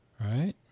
Right